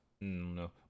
no